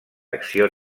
acció